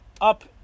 up